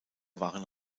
waren